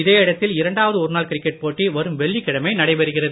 இதே இடத்தில் இரண்டாவது ஒரு நாள் கிரிக்கெட் போட்டி வரும் வெள்ளிக்கிழமை நடைபெறுகிறது